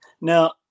Now